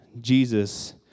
Jesus